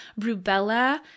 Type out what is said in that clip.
rubella